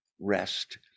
rest